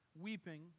weeping